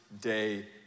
Day